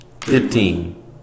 Fifteen